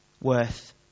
worth